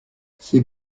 ses